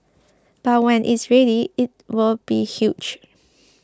but when it's ready it'll be huge